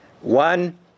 One